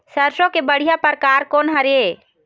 सरसों के बढ़िया परकार कोन हर ये?